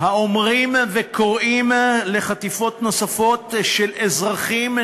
האומרים וקוראים לחטיפות נוספות של אזרחים,